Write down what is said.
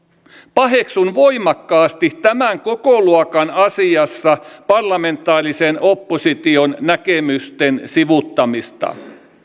paheksun voimakkaasti tämän kokoluokan asiassa parlamentaarisen opposition näkemysten sivuuttamista